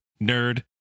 Nerd